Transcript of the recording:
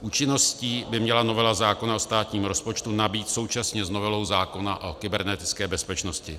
Účinností by měla novela zákona o státním rozpočtu nabýt současně s novelou zákona o kybernetické bezpečnosti.